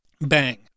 Bang